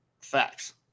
Facts